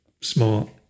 smart